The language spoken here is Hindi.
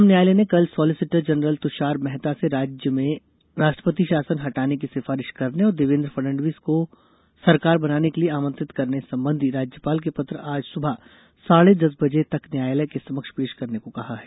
उच्चतम न्यायालय ने कल सोलिसिटर जनरल तुषार मेहता से राज्य में राष्ट्रपति शासन हटाने की सिफारिश करने और देवेन्द्र फडणवीस को सरकार बनाने के लिए आमंत्रित करने संबंधी राज्यपाल के पत्र आज सुबह साढ़े दस बजे तक न्यायालय के समक्ष पेश करने को कहा है